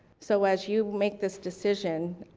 so as you make this decision,